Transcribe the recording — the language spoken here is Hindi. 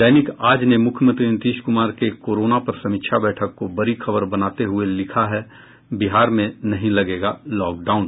दैनिक आज ने मुख्यमंत्री नीतीश कुमार के कोरोना पर समीक्षा बैठक को बड़ी खबर बनाते हुये लिखा है बिहार में नहीं लगेगा लॉकडाउन